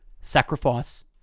Sacrifice